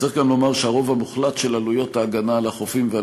צריך גם לומר שהרוב המוחלט של עלויות ההגנה על החופים ועל